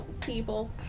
people